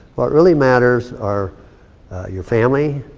what really matters are your family,